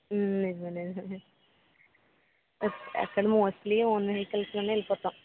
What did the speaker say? నిజమే అక్కడ mostly own vehicles లోనే వెళ్ళిపోతాం